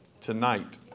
tonight